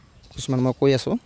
কিছুমান মই কৈ আছো